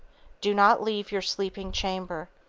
do not leave your sleeping chamber.